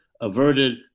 averted